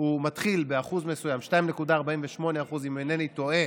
מתחיל באחוז מסוים, 2.48%, אם אינני טועה,